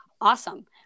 awesome